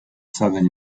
southern